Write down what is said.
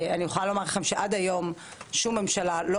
אני יכולה להגיד לכם שעד היום שום ממשלה לא